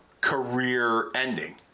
career-ending